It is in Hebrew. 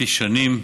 לפי שנים,